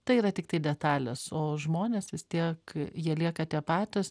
tai yra tiktai detalės o žmonės vis tiek jie lieka tie patys